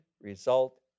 Result